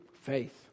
Faith